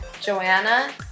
Joanna